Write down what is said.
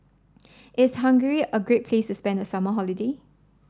is Hungary a great place to spend the summer holiday